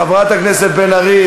חברת הכנסת בן ארי,